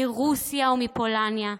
מרוסיה ומפולניה,